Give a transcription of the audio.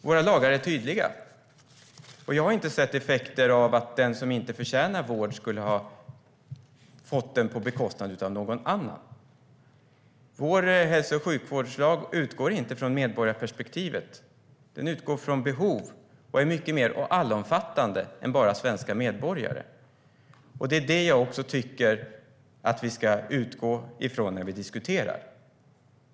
Våra lagar är tydliga, och jag har inte sett effekter i form av att den som inte förtjänar vård skulle ha fått den på bekostnad av någon annan. Vår hälso och sjukvårdslag utgår inte från medborgarperspektivet. Den utgår från behov och är mycket mer allomfattande än att bara gälla svenska medborgare. Det är också det jag tycker att vi ska utgå ifrån när vi diskuterar.